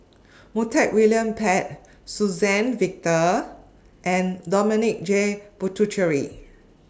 Montague William Pett Suzann Victor and Dominic J Puthucheary